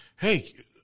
hey